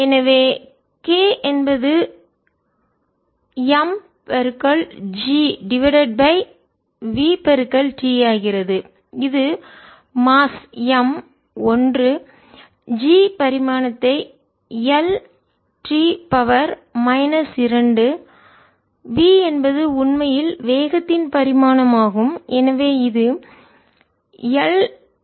எனவே k என்பது m g divided by V t ஆகிறது இது மாஸ் நிறைM ஒன்று g பரிமாணத்தை L T 2 v என்பது உண்மையில் வேகத்தின் பரிமாணம் ஆகும் எனவே இது L T 1 ஆகும்